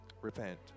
Repent